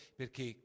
perché